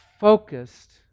focused